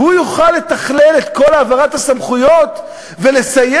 והוא יוכל לתכלל את כל העברת הסמכויות ולסייע